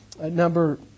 Number